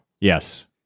Yes